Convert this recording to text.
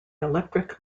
electric